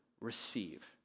receive